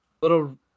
little